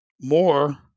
more